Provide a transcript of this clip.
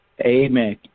Amen